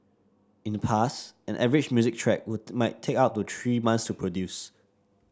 in the past an average music track would might take up to three months to produce